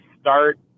start